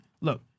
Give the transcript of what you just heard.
look